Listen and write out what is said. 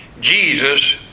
Jesus